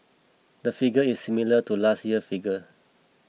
the figure is similar to last year's figure